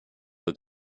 were